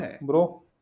Bro